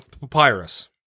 Papyrus